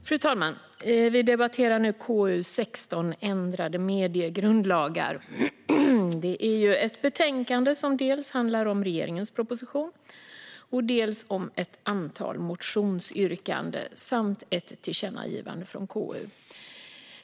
Fru talman! Vi debatterar nu betänkandet KU16, Ändrade mediegrundlagar . Det är ett betänkande som handlar dels om regeringens proposition, dels om ett antal motionsyrkanden och ett tillkännagivande från KU.